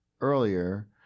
earlier